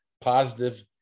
positive